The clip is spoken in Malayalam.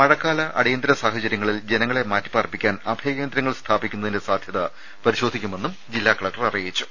മഴക്കാല അടിയന്തര സാഹചര്യങ്ങളിൽ ജനങ്ങളെ മാറ്റിപ്പാർപ്പിക്കാൻ അഭയ കേന്ദ്രങ്ങൾ സ്ഥാപിക്കുന്നതിന്റെ സാധ്യത പരിശോധിക്കുമെന്ന് ജില്ലാ കലക്ടർ പറഞ്ഞു